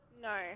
No